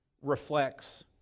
reflects